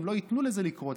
הם לא ייתנו לזה לקרות.